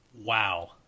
Wow